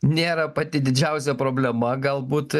nėra pati didžiausia problema galbūt